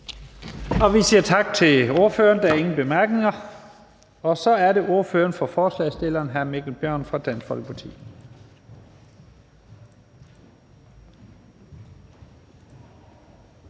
Vi siger tak til ordføreren. Der er ingen korte bemærkninger. Så er det ordføreren for forslagsstillerne, hr. Morten Messerschmidt, Dansk Folkeparti.